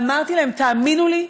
ואמרתי להם: תאמינו לי,